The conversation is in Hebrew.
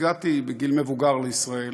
הגעתי בגיל מבוגר לישראל,